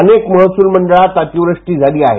अनेक महसूल मंडळात अतिवृष्टी झाली आहे